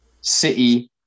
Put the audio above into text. City